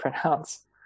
pronounce